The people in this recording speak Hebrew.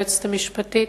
ליועצת המשפטית,